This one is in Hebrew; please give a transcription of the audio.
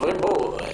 חברים, בואו.